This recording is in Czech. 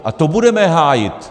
A to budeme hájit!